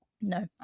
No